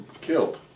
killed